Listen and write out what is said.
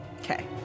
Okay